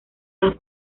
las